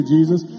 Jesus